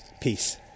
Peace